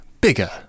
bigger